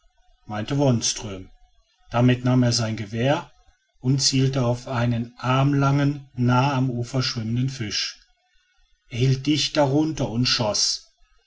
meinte wonström damit nahm er sein gewehr und zielte auf einen armlangen nahe am ufer schwimmenden fisch er hielt dicht darunter und schoß